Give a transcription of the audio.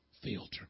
filter